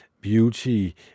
beauty